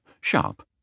sharp